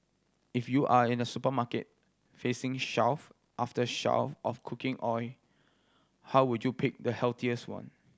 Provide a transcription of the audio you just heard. if you are in a supermarket facing shelf after shelf of cooking oil how would do you pick the healthiest one